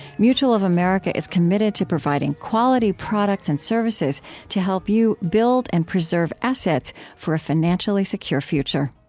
mutual of america is committed to providing quality products and services to help you build and preserve assets for a financially secure future